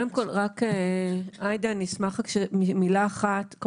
רק עאידה, אני אשמח מילה אחת לפני שאת יוצאת.